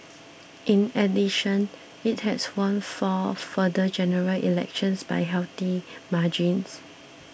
in addition it has won four further General Elections by healthy margins